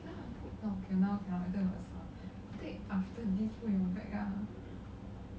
oh no